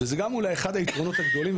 שזה גם אולי אחד היתרונות הגדולים,